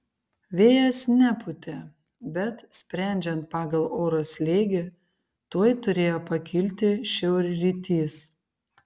vėjas nepūtė bet sprendžiant pagal oro slėgį tuoj turėjo pakilti šiaurrytys